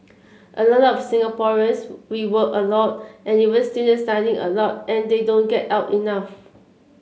a lot of Singaporeans we work a lot and even students study a lot and they don't get out enough